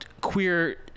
queer